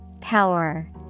Power